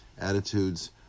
attitudes